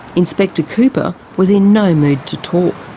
inspector cooper was in no mood to talk.